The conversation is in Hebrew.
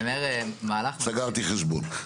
סגרתי חשבון.